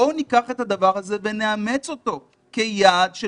בואו ניקח את הדבר הזה ונאמץ אותו כיעד של